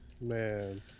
Man